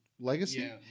Legacy